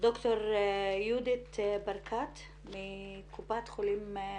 לד"ר יהודית ברקת מקופת חולים לאומית.